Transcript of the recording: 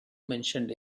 mentioned